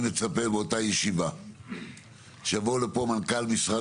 אני מצפה באותה ישיבה שיבואו לפה מנכ"ל משרד